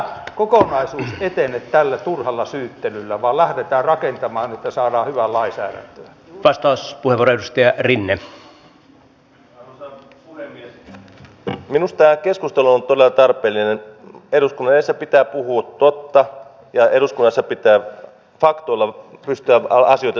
se tuntuu hullulle koska me olemme eläneet myös sen ajan että jokainen hoitaja saa työpaikan ja hoitajista on todella huutava pula ja olen itsekin aikoinaan siihen työvoimatuskaan vastannut ja sitten työpaikan löytänyt